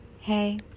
Hey